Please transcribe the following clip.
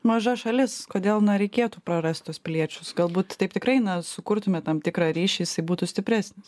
maža šalis kodėl na reikėtų prarast tuos piliečius galbūt taip tikrai na sukurtume tam tikrą ryšį jisai būtų stipresnis